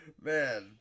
Man